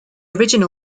original